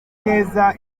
neza